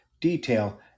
detail